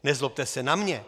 Nezlobte se na mě!